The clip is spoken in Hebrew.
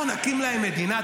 אנחנו נקים להם מדינה?